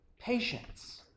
Patience